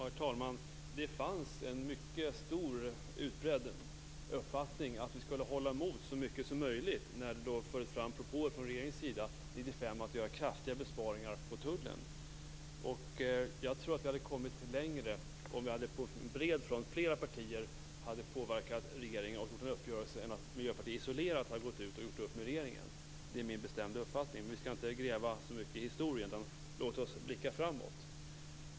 Herr talman! Det fanns en mycket utbredd uppfattning att vi skulle hålla emot så mycket som möjligt när det fördes fram propåer från regeringens sida 1995 att kraftiga besparingar skulle göras på Tullen. Jag tror att vi hade kommit längre om vi på bred front från flera partier hade påverkat regeringen och gjort en uppgörelse än att Miljöpartiet isolerat gick ut och gjorde upp med regeringen. Det är min bestämda uppfattning. Men vi skall inte gräva så mycket i historien utan i stället blicka framåt.